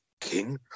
King